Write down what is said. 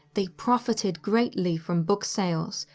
they profited greatly from book sales,